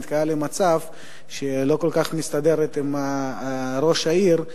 נקלעה למצב שהיא לא כל כך מסתדרת עם ראש העיר.